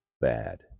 bad